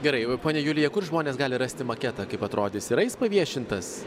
gerai ponia julija kur žmonės gali rasti maketą kaip atrodys yra jis paviešintas